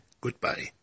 Goodbye